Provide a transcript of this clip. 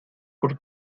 por